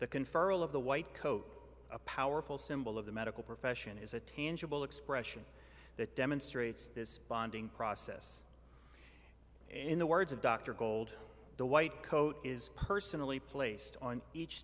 the conferral of the white coat a powerful symbol of the medical profession is a tangible expression that demonstrates this bonding process in the words of dr gold the white coat is personally placed on each